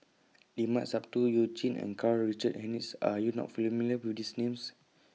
Limat Sabtu YOU Jin and Karl Richard Hanitsch Are YOU not familiar with These Names